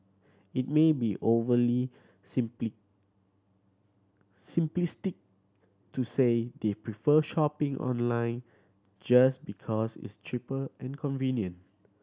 it may be overly simply simplistic to say they prefer shopping online just because it's cheaper and convenient